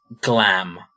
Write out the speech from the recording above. glam